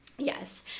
Yes